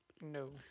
No